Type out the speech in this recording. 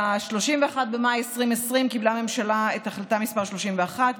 ב-31 במאי 2020 קיבלה הממשלה את החלטה מס' 31,